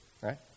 right